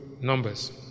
numbers